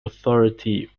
authority